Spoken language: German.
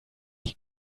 die